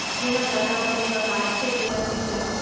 जेहर जादा पतंग ल काटथे तेहर जीत जाथे